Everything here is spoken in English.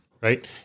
Right